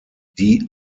die